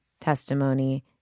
testimony